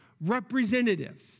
representative